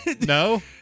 No